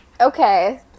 okay